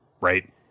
right